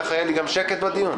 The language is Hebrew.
ככה יהיה לי שקט בדיון.